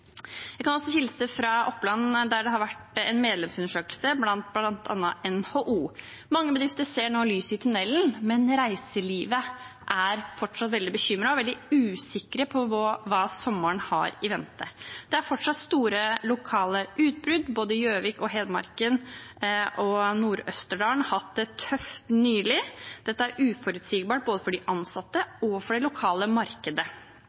Jeg kan altså hilse fra Oppland, der det har vært en medlemsundersøkelse bl.a. i NHO. Mange bedrifter ser nå lys i tunnelen, men reiselivet er fortsatt veldig bekymret og veldig usikre på hva de har i vente til sommeren. Det er fortsatt store lokale utbrudd. Både Gjøvik, Hedmarken og Nord-Østerdal har hatt det tøft nylig. Dette er uforutsigbart både for de ansatte og for det lokale markedet.